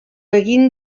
egin